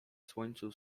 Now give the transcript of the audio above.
słońcu